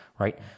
right